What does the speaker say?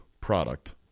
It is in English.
product